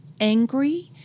angry